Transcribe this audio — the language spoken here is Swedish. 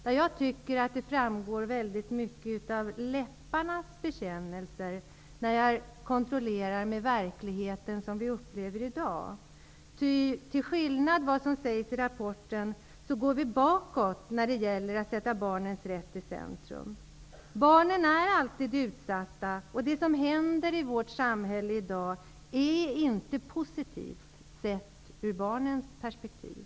Som jag ser det är det väldigt mycket av läpparnas bekännelse när jag jämför med dagens verklighet. Till skillnad från vad som sägs i rapporten går utvecklingen bakåt när det gäller att sätta barnens rätt i centrum. Barnen är alltid utsatta, och det som händer i vårt samhälle i dag är inte positivt, sett ur barnens perspektiv.